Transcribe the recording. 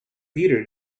peter